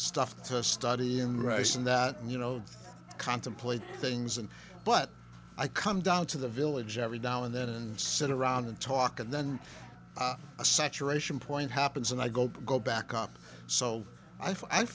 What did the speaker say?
stuff to study and race and that and you know contemplate things and but i come down to the village every now and then and sit around and talk and then a saturation point happens and i don't go back up so i